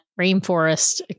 Rainforest